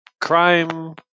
crime